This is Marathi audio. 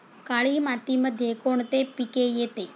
काळी मातीमध्ये कोणते पिके येते?